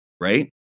Right